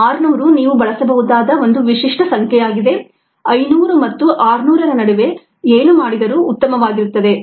600 ನೀವು ಬಳಸಬಹುದಾದ ಒಂದು ವಿಶಿಷ್ಟವಾದ ಸಂಖ್ಯೆಯಾಗಿದೆ 500 ಮತ್ತು 600 ರ ನಡುವೆ ಏನು ಬೇಕಾದರೂ ಉತ್ತಮವಾಗಿರುತ್ತದೆ